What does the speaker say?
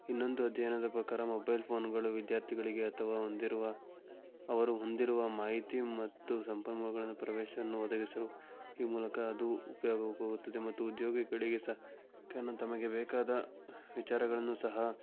ಇನ್ನೊಂದು ಅಧ್ಯಯನದ ಪ್ರಕಾರ ಮೊಬೈಲ್ ಫೋನುಗಳು ವಿದ್ಯಾರ್ಥಿಗಳಿಗೆ ಅಥವಾ ಹೊಂದಿರುವ ಅವರು ಹೊಂದಿರುವ ಮಾಹಿತಿ ಮತ್ತು ಸಂಪನ್ಮೂಲಗಳನ್ನು ಪ್ರವೇಶವನ್ನು ಒದಗಿಸಲು ಈ ಮೂಲಕ ಅದು ಉಪಯೋಗವಾಗುತ್ತದೆ ಮತ್ತು ಉದ್ಯೋಗಿಗಳಿಗೆ ಸ ತನ ತಮಗೆ ಬೇಕಾದ ವಿಚಾರಗಳನ್ನು ಸಹ